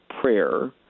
prayer